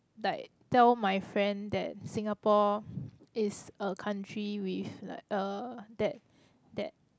like tell my friend that Singapore is a country with like uh that that